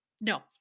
No